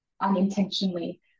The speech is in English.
unintentionally